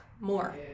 more